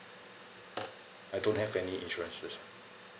I don't have any insurances